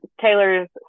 taylor's